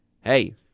hey